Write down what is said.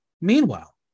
Meanwhile